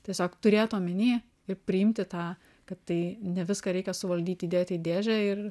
tiesiog turėt omeny ir priimti tą kad tai ne viską reikia suvaldyti įdėt į dėžę ir